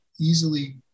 easily